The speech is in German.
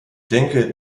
denke